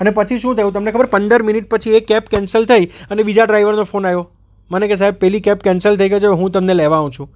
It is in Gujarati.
અને પછી શું થયું તમને ખબર પંદર મિનિટ પછી એ કેબ કેન્સલ થઈ અને બીજા ડ્રાઈવરનો ફોન આવ્યો મને કહે સહેબ પેલી કેબ કેન્સલ થઈ ગઈ છે હવે હું તમને લેવા આવું છું